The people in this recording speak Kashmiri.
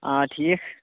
آ ٹھیٖک